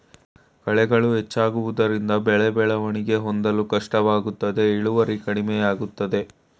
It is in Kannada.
ಕಳೆಗಳು ಹೆಚ್ಚಾಗುವುದರಿಂದ ಬೆಳೆ ಬೆಳವಣಿಗೆ ಹೊಂದಲು ಕಷ್ಟವಾಗುತ್ತದೆ ಇಳುವರಿ ಕಡಿಮೆಯಾಗುತ್ತದೆ